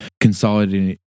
consolidating